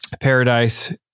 paradise